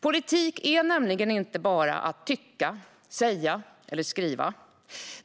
Politik är nämligen inte bara att tycka, säga eller skriva.